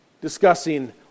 discussing